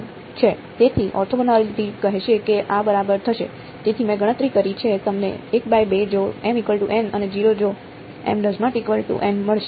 તેથી ઓર્થોગોનાલિટી કહેશે કે આ બરાબર થશે તેથી મેં ગણતરી કરી છે તમને l2 જો mn અને 0 જો મળશે